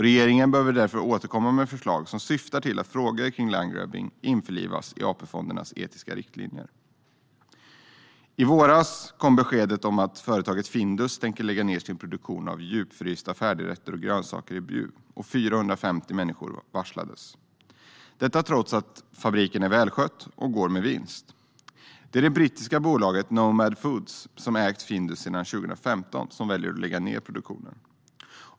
Regeringen behöver därför återkomma med förslag som syftar till att frågor om landgrabbing införlivas i AP-fondernas etiska riktlinjer. I våras kom beskedet att företaget Findus tänker lägga ned sin produktion av djupfrysta färdigrätter och grönsaker i Bjuv, och 450 människor varslades. Detta skedde trots att fabriken är välskött och går med vinst. Det är det brittiska bolaget Nomad Foods, som ägt Findus sedan 2015, som väljer att lägga ned produktionen.